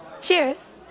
Cheers